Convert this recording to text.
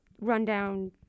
rundown